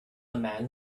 man